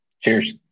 Cheers